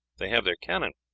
they have their cannon.